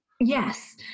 yes